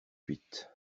huit